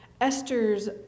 Esther's